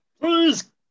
Please